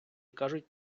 кажуть